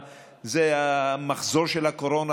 זה המחזור של הקורונה,